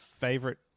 favorite